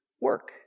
work